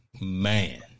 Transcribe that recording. Man